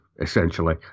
essentially